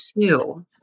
two